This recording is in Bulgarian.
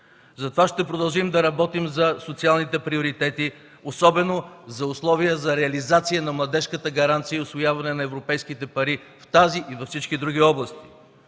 Затова ще продължим да работим за социалните приоритети, особено за условия за реализация на младежката гаранция и усвояване на европейските пари в тази и във всички други области,